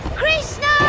krishna!